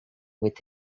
with